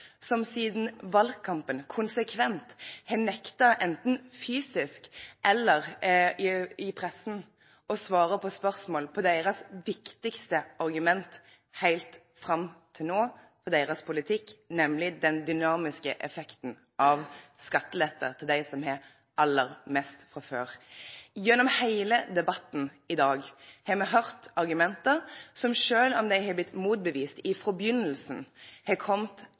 som siden valgkampen konsekvent har nektet – enten fysisk eller i pressen – å svare på spørsmål om hva som er deres viktigste argument helt fram til nå for deres politikk, nemlig den dynamiske effekten av skatteletter til dem som har aller mest fra før. Gjennom hele debatten i dag har vi hørt de samme argumentene, selv om de er blitt motbevist fra begynnelsen av. Vi har